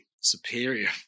Superior